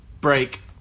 break